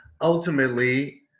ultimately